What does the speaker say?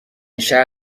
شهر